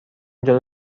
جلو